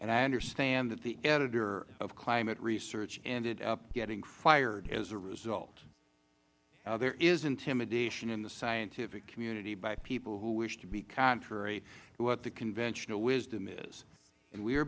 and i understand that the editor of climate research ended up getting fired as a result now there is intimidation in the scientific community by people who wish to be contrary to what the conventional wisdom is and we are